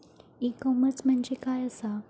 E commerce म्हणजे काय असा?